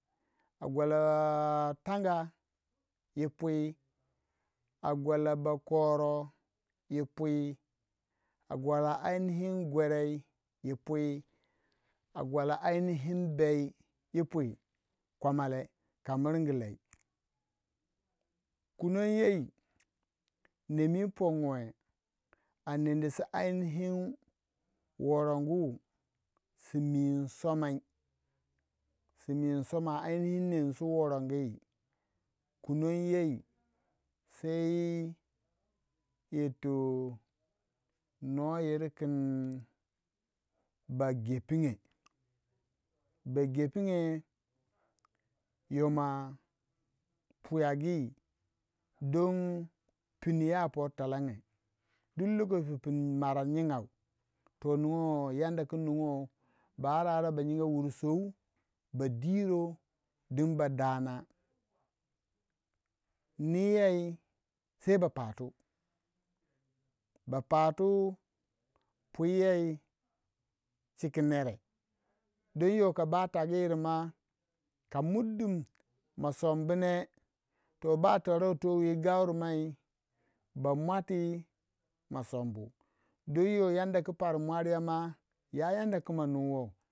A gwala tanga yi pwi a gwala bokoro yi pwi a gwala ai nihin gwerei yi pwi a gwala ainihin be yi pwi, kwamale ka miringi lei, kunong yei nem wu pongwe a nendi su ainihin worongu simi insomai si mi insomai ai nihin nem ni su worongo, kunnong yei se yirto no yir king bagepnge, ba gepnge yoma pwiyagi don pnu ya por twalange, duk lokoci pu mara nyingau, to ningoi yadda ku ningou ba ara ba nyinga wur sou ba diro ding ba dana, ni yei sai bapatu, bapatu pwiyei cika nere don yo kaba tagu yorma ka murdun masombune to bataro to wi a gau rimai ba mwati masombu don yo yadda ku par mwari ye ma ya kadda ku manuwei.